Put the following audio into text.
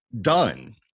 done